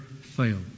fail